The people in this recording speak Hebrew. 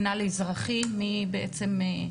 מורן, בבקשה.